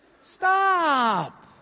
Stop